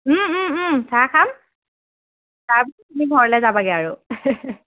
চাহ খাম তাৰপিছত তুমি ঘৰলৈ যাবাগৈ আৰু